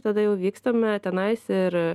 tada jau vykstame tenais ir